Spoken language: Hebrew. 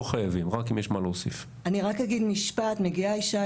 או שמסוכם שזאת